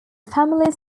families